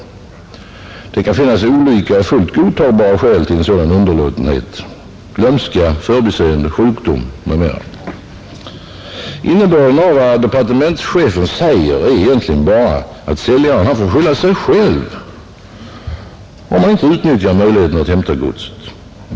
Det kan finnas olika och fullt godtagbara skäl till en sådan underlåtenhet: glömska, förbiseende, sjukdom m, m. Innebörden av vad departementschefen säger är egentligen bara att säljaren får skylla sig själv om han inte utnyttjar möjligheten att hämta godset.